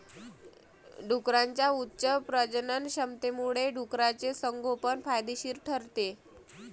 डुकरांच्या उच्च प्रजननक्षमतेमुळे डुकराचे संगोपन फायदेशीर ठरते